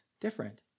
different